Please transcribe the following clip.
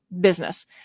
business